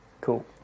cool